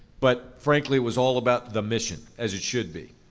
but frankly, it was all about the mission, as it should be.